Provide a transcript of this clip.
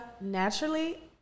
naturally